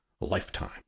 lifetime